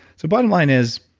so bottom line is